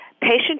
patient